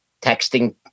texting